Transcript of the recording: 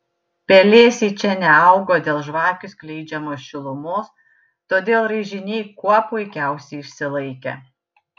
pelėsiai čia neaugo dėl žvakių skleidžiamos šilumos todėl raižiniai kuo puikiausiai išsilaikė